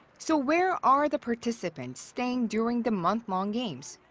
so where are the participants staying during the month-long games?